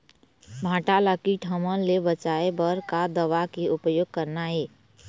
भांटा ला कीट हमन ले बचाए बर का दवा के उपयोग करना ये?